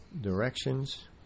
directions